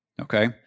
Okay